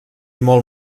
molt